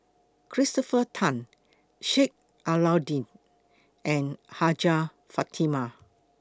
Christopher Tan Sheik Alau'ddin and Hajjah Fatimah